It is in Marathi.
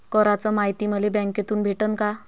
कराच मायती मले बँकेतून भेटन का?